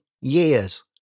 years